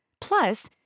Plus